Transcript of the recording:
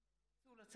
ח'